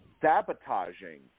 sabotaging